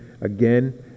again